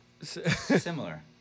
Similar